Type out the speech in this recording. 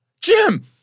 Jim